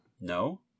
No